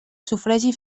sufragi